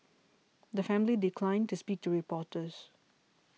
the family declined to speak to reporters